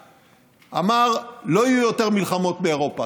אמר: לא יהיו יותר מלחמות באירופה,